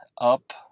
up